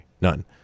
None